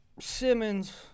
Simmons